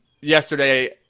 yesterday